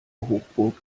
hochburg